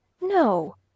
No